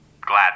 glad